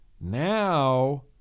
now